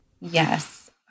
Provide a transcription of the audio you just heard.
Yes